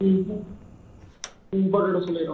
ம் போட் ம் போட்டுவிட சொல்லிடுறோம்